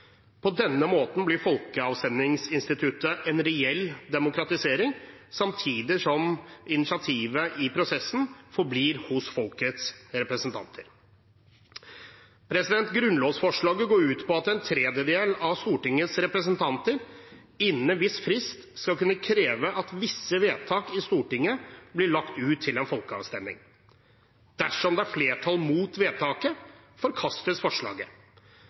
På denne måten blir folkeavstemningsinstituttet en reell demokratisering, samtidig som initiativet i prosessen forblir hos folkets representanter. Grunnlovsforslaget går ut på at en tredjedel av Stortingets representanter innen en viss frist skal kunne kreve at visse vedtak i Stortinget blir lagt ut til en folkeavstemning. Dersom det er flertall mot vedtaket, forkastes forslaget.